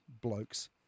blokes